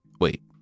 Wait